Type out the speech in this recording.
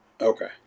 Okay